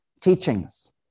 teachings